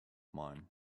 mine